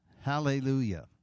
Hallelujah